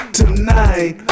tonight